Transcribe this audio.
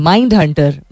Mindhunter